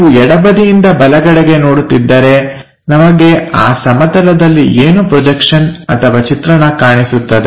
ನಾವು ಎಡಬದಿಯಿಂದ ಬಲಗಡೆಗೆ ನೋಡುತ್ತಿದ್ದರೆ ನಮಗೆ ಆ ಸಮತಲದಲ್ಲಿ ಏನು ಪ್ರೊಜೆಕ್ಷನ್ ಅಥವಾ ಚಿತ್ರಣ ಕಾಣಿಸುತ್ತದೆ